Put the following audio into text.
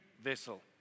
vessel